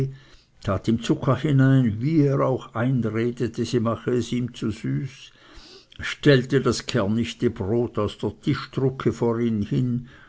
zucker hinein wie er auch einredete sie mache es ihm zu süß stellte das kernichte brot aus der tischdrucke vor ihn und